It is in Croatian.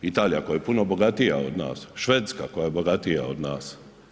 Italija koja je puno bogatija od nas, Švedska koja je bogatija od nas.